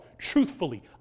Truthfully